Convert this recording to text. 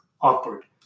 awkward